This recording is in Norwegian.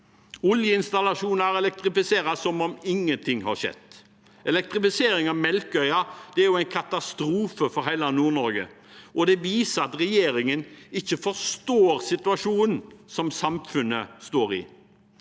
Oljeinstallasjoner elektrifiseres som om ingenting har skjedd. Elektrifisering av Melkøya er en katastrofe for hele Nord-Norge, og det viser at regjeringen ikke forstår situasjonen samfunnet står i.